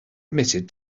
admitted